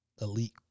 elite